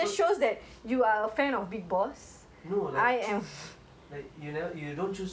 no like like you never you don't choose to like there's so many actress even more pops than her right